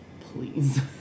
Please